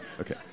Okay